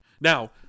Now